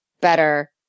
better